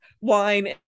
wine